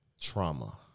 trauma